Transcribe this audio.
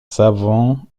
savants